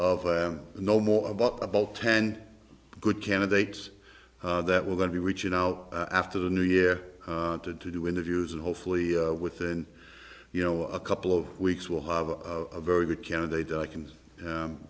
them no more but about ten good candidates that we're going to be reaching out after the new year to do interviews and hopefully within you know a couple of weeks we'll have a very good candidate that i can